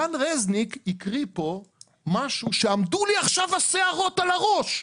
רן רזניק הקריא פה משהו שעמדו לי עכשיו השערות על הראש.